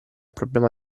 problema